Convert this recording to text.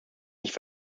nicht